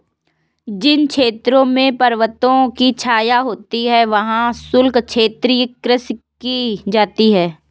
जिन क्षेत्रों में पर्वतों की छाया होती है वहां शुष्क क्षेत्रीय कृषि की जाती है